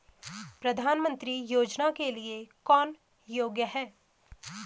प्रधानमंत्री योजना के लिए कौन योग्य है?